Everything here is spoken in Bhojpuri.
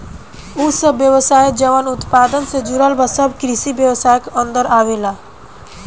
उ सब व्यवसाय जवन उत्पादन से जुड़ल बा सब कृषि व्यवसाय के अन्दर आवेलला